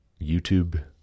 YouTube